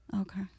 Okay